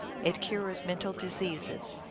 it cures mental diseases.